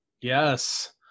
yes